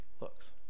looks